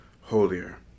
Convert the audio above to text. holier